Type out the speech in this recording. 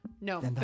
No